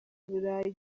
burayi